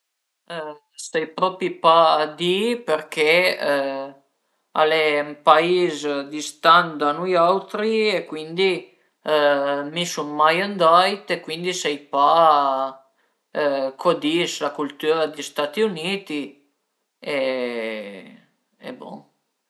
La manera mi-iur për taché la giurnà al e dësviese, pöi cun calma fe culasiun, pöi apres ëntà ëntà vestise e pöi dopu taché cun calma a fe i travai che ün a deu fe